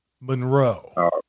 Monroe